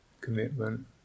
commitment